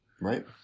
Right